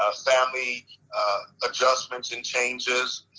ah family adjustments, and changes.